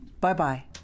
Bye-bye